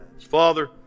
Father